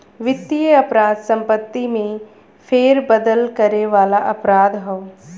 वित्तीय अपराध संपत्ति में फेरबदल करे वाला अपराध हौ